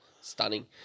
Stunning